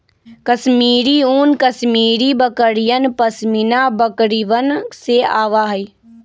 कश्मीरी ऊन कश्मीरी बकरियन, पश्मीना बकरिवन से आवा हई